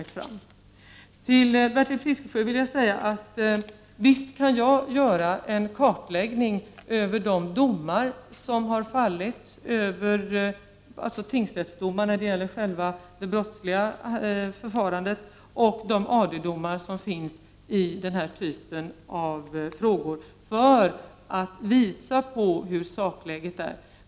Jag vill till Bertil Fiskesjö säga att jag visst kan göra en kartläggning av de tingsrättsdomar som har fallit när det gäller själva det brottsliga förfarandet och de AD-domar som finns i den här typen av fall för att visa hur sakläget är.